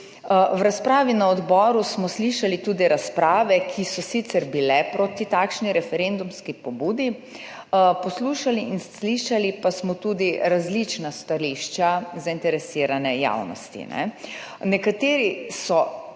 V razpravi na odboru smo slišali tudi razprave, ki so sicer bile proti takšni referendumski pobudi, poslušali in slišali pa smo tudi različna stališča zainteresirane javnosti. Nekateri so